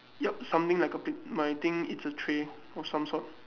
yup something like a p~ my thing is a tray or some sort